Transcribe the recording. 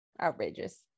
outrageous